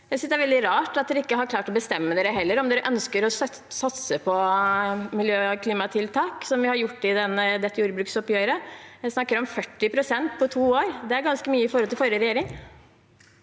Jeg synes det er veldig rart at dere ikke har klart å bestemme dere for om dere ønsker å satse på miljø- og klimatiltak, som vi har gjort i dette jordbruksoppgjøret. Vi snakker om 40 pst. på to år. Det er ganske mye i forhold til forrige regjering.